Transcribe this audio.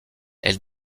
elle